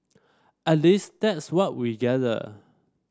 at least that's what we gather